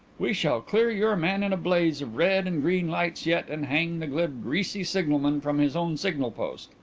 we shall clear your man in a blaze of red and green lights yet and hang the glib, greasy signalman from his own signal-post.